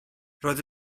roedd